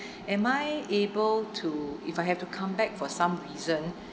am I able to if I have to come back for some reason